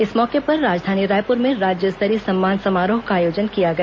इस मौके पर राजधानी रायपुर में राज्य स्तरीय सम्मान समारोह का आयोजन किया गया